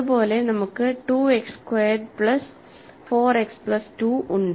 അതുപോലെനമുക്ക് 2 x squared plus 4 x plus 2 ഉണ്ട്